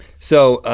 so,